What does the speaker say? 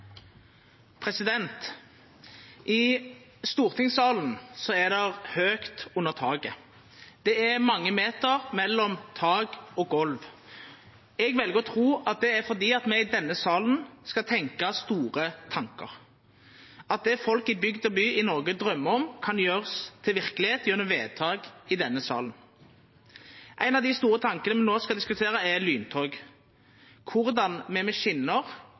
omme. I stortingssalen er det høgt under taket. Det er mange meter mellom tak og golv. Eg vel å tru at det er fordi me i denne salen skal tenkja store tankar, at det folk i bygd og by i Noreg drøymer om, kan gjerast til verkelegheit gjennom vedtak i denne salen. Ein av dei store tankane me no skal diskutera, er lyntog, korleis me med